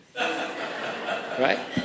Right